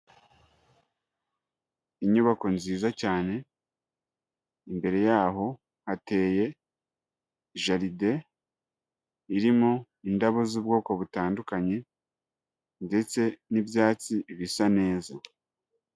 Inyubako nziza cyane, imbere yaho hateye jaride irimo indabo z'ubwoko butandukanye ndetse n'ibyatsi bisa neza.